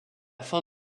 fin